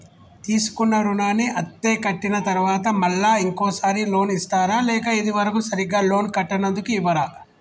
తీసుకున్న రుణాన్ని అత్తే కట్టిన తరువాత మళ్ళా ఇంకో సారి లోన్ ఇస్తారా లేక ఇది వరకు సరిగ్గా లోన్ కట్టనందుకు ఇవ్వరా?